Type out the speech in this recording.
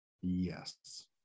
yes